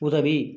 உதவி